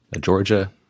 georgia